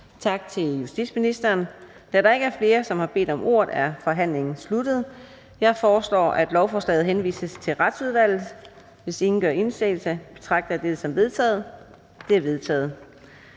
Tak til justitsministeren. Da der ikke er flere, der har bedt om ordet, er forhandlingen sluttet. Jeg foreslår, at lovforslaget henvises til Retsudvalget. Hvis ingen gør indsigelse, betragter jeg dette som vedtaget. Det er vedtaget.